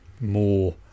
more